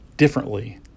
differently